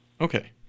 Okay